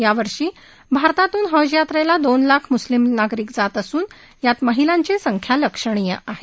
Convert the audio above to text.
यावर्षी भारतातून हजयात्रेला दोन लाख म्स्लिम नागरिक जात असून यात महिलांची संख्याही लक्षणीय आहे